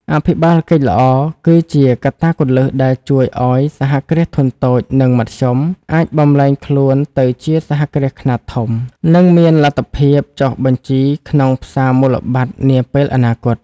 អភិបាលកិច្ចល្អគឺជាកត្តាគន្លឹះដែលជួយឱ្យ សហគ្រាសធុនតូច និងមធ្យម អាចបំប្លែងខ្លួនទៅជាសហគ្រាសខ្នាតធំ និងមានលទ្ធភាពចុះបញ្ជីក្នុងផ្សារមូលបត្រនាពេលអនាគត។